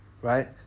Right